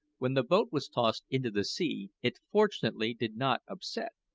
when the boat was tossed into the sea it fortunately did not upset,